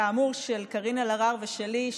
כאמור של קארין אלהרר ושלי,